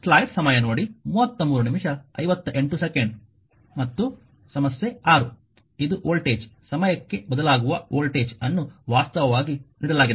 ಮತ್ತು ಸಮಸ್ಯೆ 6 ಇದು ವೋಲ್ಟೇಜ್ ಸಮಯಕ್ಕೆ ಬದಲಾಗುವ ವೋಲ್ಟೇಜ್ ಅನ್ನು ವಾಸ್ತವವಾಗಿ ನೀಡಲಾಗಿದೆ